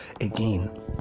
again